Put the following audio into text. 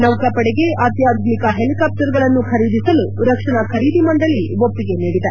ನೌಕಾಪಡೆಗೆ ಅತ್ಯಾಧುನಿಕ ಹೆಲಿಕಾಪ್ಪರ್ಗಳನ್ನು ಖರೀದಿಸಲು ರಕ್ಷಣಾ ಖರೀದಿ ಮಂಡಳಿ ಒಪ್ಪಿಗೆ ನೀಡಿದೆ